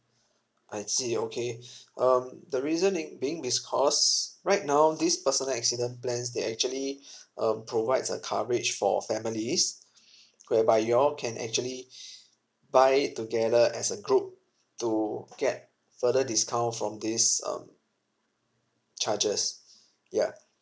I see okay um the reason it being this cause right now this personal accident plans they actually um provides a coverage for families whereby you all can actually buy it together as a group to get further discount from this um charges ya